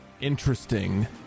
interesting